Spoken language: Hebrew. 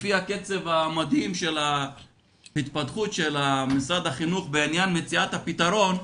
לפי הקצב המדהים של ההתפתחות של משרד החינוך בעניין מציאת הפתרון,